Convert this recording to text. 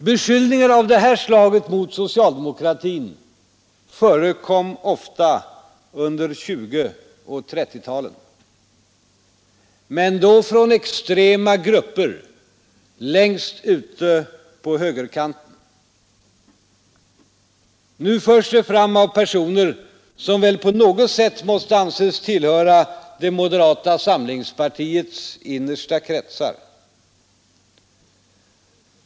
Beskyllningar av det här slaget mot socialdemokratin förekom ofta under 1920 och 1930-talen. Men då från extrema grupper längst ut på högerkanten. Nu förs de fram av personer som väl på något sätt måste anses tillhöra det moderata samlingspartiets innersta kretsar.